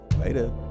later